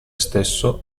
stesso